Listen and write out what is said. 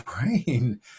brain